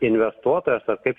investuotojas ar kaip